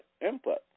input